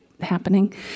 happening